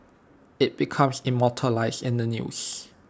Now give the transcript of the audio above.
IT becomes immortalised in the news